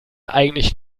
eigentlich